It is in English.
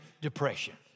depression